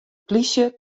plysje